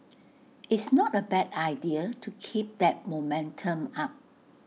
it's not A bad idea to keep that momentum up